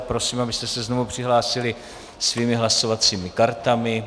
Prosím, abyste se znovu přihlásili svými hlasovacími kartami.